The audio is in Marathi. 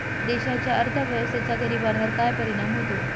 देशाच्या अर्थव्यवस्थेचा गरीबांवर काय परिणाम होतो